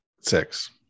six